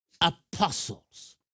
apostles